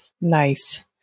Nice